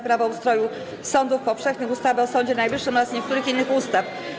Prawo o ustroju sądów powszechnych, ustawy o Sądzie Najwyższym oraz niektórych innych ustaw.